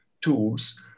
tools